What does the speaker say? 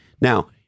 Now